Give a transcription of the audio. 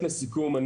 לסיכום.